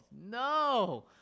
No